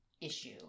issue